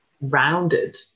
rounded